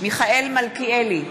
מיכאל מלכיאלי,